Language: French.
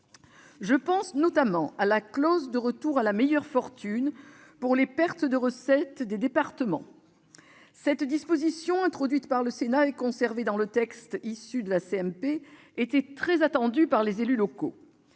Je pense notamment à la clause de « retour à meilleure fortune » pour les pertes de recettes des départements. Cette disposition, introduite par le Sénat et conservée dans le texte issu de la CMP, était très attendue par les élus locaux.